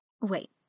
Wait